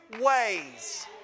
ways